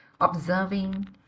observing